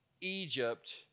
Egypt